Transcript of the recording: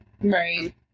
right